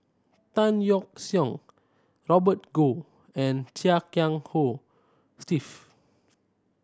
Tan Yeok Seong Robert Goh and Chia Kiah Hong Steve